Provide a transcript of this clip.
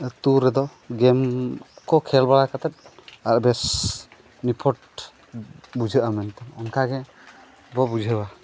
ᱟᱹᱛᱩ ᱨᱮᱫᱚ ᱜᱮᱢ ᱠᱚ ᱠᱷᱮᱞ ᱵᱟᱲᱟ ᱠᱟᱛᱮᱫ ᱟᱨ ᱵᱮᱥ ᱱᱤᱯᱷᱩᱴ ᱵᱩᱡᱷᱟᱹᱜᱼᱟ ᱢᱮᱱᱛᱮ ᱚᱱᱠᱟᱜᱮ ᱵᱚᱱ ᱵᱩᱡᱷᱟᱹᱣᱟ